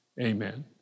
Amen